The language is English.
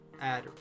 Add